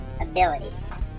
Abilities